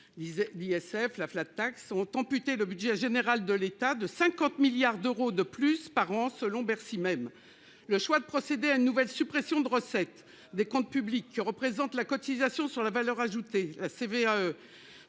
d'ISF la flat tax ont amputé le budget général de l'état de 50 milliards d'euros de plus par an. Selon Bercy, même le choix de procéder à une nouvelle suppression de recettes des comptes publics que représente la cotisation sur la valeur ajoutée CVAE.